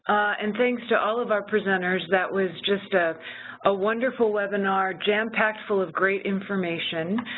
and thanks to all of our presenters. that was just a ah wonderful webinar jam packed full of great information.